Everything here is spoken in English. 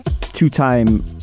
two-time